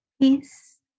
Peace